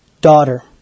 daughter